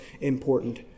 important